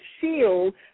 shield